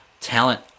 talent